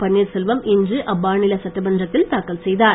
பன்னீர்செல்வம் இன்று அம்மாநில சட்டமன்றத்தில் தாக்கல் செய்தார்